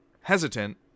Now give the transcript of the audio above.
hesitant